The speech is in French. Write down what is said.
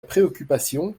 préoccupation